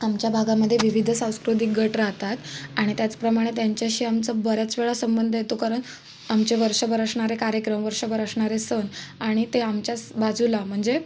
आमच्या भागामध्ये विविध सांस्कृतिक गट राहतात आणि त्याचप्रमाणे त्यांच्याशी आमचा बऱ्याचवेळा संबंध येतो कारण आमच्या वर्षभर असणारे कार्यक्रम वर्षभर असणारे सण आणि ते आमच्याच बाजूला म्हणजे